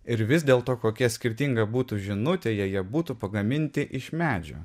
ir vis dėl to kokia skirtinga būtų žinutė jei jie būtų pagaminti iš medžio